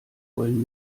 wollen